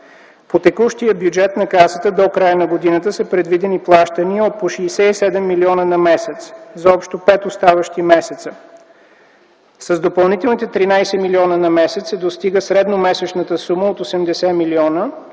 По текущия бюджет на Касата до края на годината са предвидени плащания от по 67 милиона на месец за общо пет оставащи месеца. С допълнителните 13 милиона на месец се достига средномесечната сума от 80 милиона